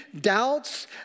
doubts